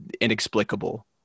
inexplicable